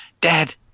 dad